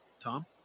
Tom